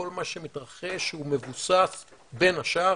כל מה שמתרחש הוא מבוסס בין השאר,